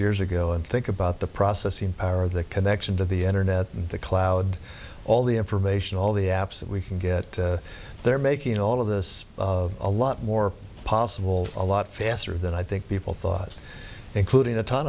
years ago and think about the processing power of the connection to the internet the cloud all the information all the apps that we can get there making all of this a lot more possible a lot faster than i think people thought including a ton